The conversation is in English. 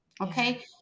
okay